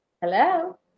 Hello